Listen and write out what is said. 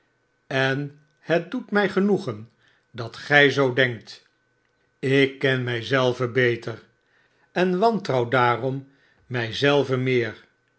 en het doet mij genoegen dat gij zoo denkt ik ken mij zelven beter en wantrouw daarom mij zelven meer